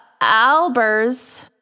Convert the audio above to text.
Albers